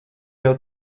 jau